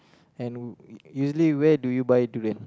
and usually where do you buy durian